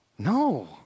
No